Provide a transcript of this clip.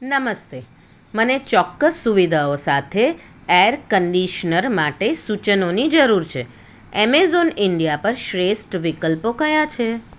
નમસ્તે મને ચોક્કસ સુવિધાઓ સાથે એર કન્ડીશનર માટે સૂચનોની જરૂર છે એમેઝોન ઇન્ડિયા પર શ્રેષ્ઠ વિકલ્પો કયા છે